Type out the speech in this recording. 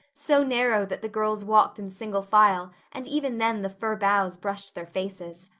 so narrow that the girls walked in single file and even then the fir boughs brushed their faces.